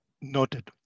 Noted